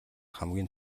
хамгийн